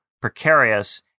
precarious